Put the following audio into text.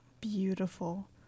beautiful